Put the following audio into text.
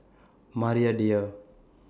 Maria Dyer